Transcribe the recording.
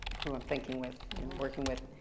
who i'm thinking with and working with,